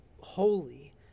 holy